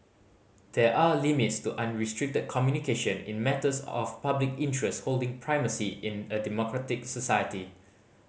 there are limits to unrestricted communication in matters of public interest holding primacy in a democratic society